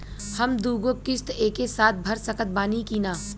हम दु गो किश्त एके साथ भर सकत बानी की ना?